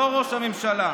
לא ראש הממשלה.